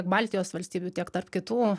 baltijos valstybių tiek tarp kitų